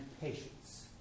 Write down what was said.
patience